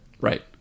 Right